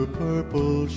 purple